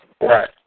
Right